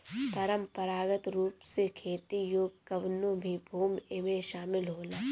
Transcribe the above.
परंपरागत रूप से खेती योग्य कवनो भी भूमि एमे शामिल होला